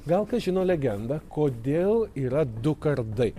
gal kas žino legendą kodėl yra du kardai